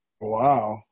Wow